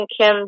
Kim